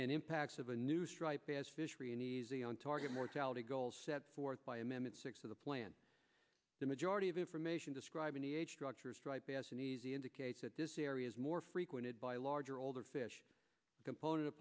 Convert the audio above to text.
and impacts of a new striped bass fishery an easy on target mortality goals set forth by amendment six of the plan the majority of information describing the structures as an easy indicates that this area is more frequented by a larger older fish component